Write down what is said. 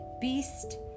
Beast